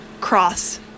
cross